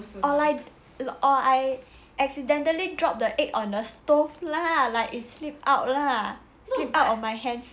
or like or I accidentally drop the egg on the stove lah like it slipped out lah slipped out of my hands